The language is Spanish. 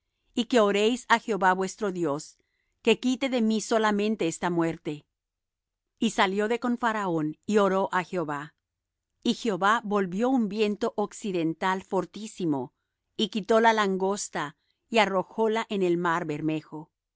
y que oréis á jehová vuestro dios que quite de mí solamente esta muerte y salió de con faraón y oró á jehová y jehová volvió un viento occidental fortísimo y quitó la langosta y arrojóla en el mar bermejo